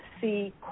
see